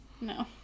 no